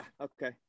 okay